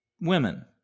women